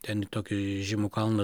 ten į tokį žymų kalną